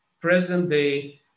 present-day